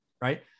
right